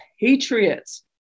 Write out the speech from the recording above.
patriots